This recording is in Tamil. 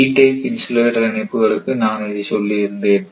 V டைப் இன்சுலேட்டர் இணைப்புக்கு நான் இதை சொல்லி இருந்தேன்